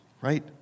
right